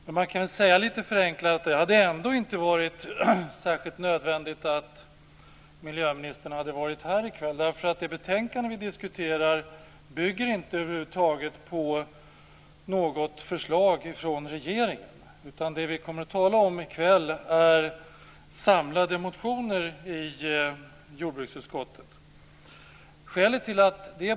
Men det hade ändå inte varit särskilt nödvändigt för miljöministern att vara här i kväll. Betänkandet bygger inte på något förslag från regeringen. Det vi skall tala om i kväll är samlade motioner i jordbruksutskottet.